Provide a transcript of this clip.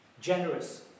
Generous